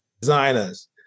designers